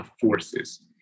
forces